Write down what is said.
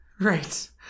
Right